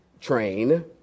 train